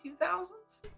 2000s